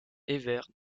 evert